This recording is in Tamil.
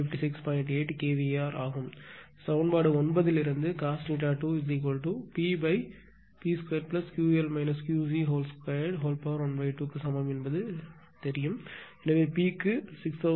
சமன்பாடு 9 இலிருந்து cos θ2 PP2Ql QC212 க்கு சமம் என்பது நமக்குத் தெரியும்